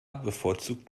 bevorzugt